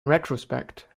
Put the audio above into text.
retrospect